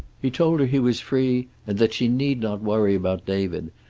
he told her he was free, and that she need not worry about david,